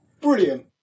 Brilliant